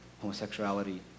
homosexuality